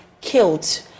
killed